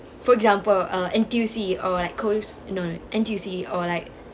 for example a N_T_U_C or like it goes no no N_T_U_C or like